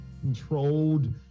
controlled